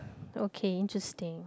okay interesting